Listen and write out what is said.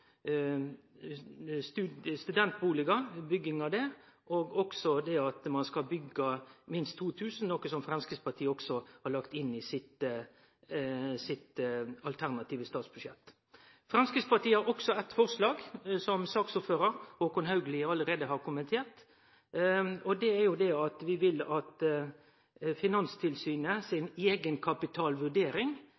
for bygginga av studentbustader og også det at ein skal byggje minst 2 000 slike, noko Framstegspartiet også har lagt inn i sitt alternative statsbudsjett. Framstegspartiet har også eit forslag som saksordførar Håkon Haugli allereie har kommentert. Det er at vi vil at Finanstilsynet